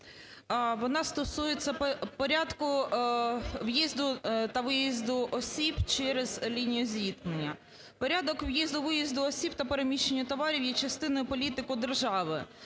Вона стосується порядку в'їзду та виїзду осіб через лінію зіткнення. Порядок в'їзду, виїзду осіб та переміщення товарів є частиною політики держави.